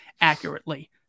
accurately